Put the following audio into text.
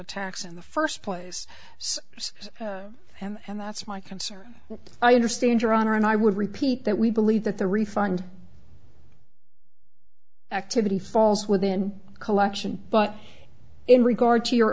attacks in the first place and that's my concern i understand your honor and i would repeat that we believe that the refund activity falls within collection but in regard to your